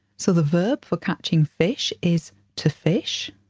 so the verb for catching fish is to fish.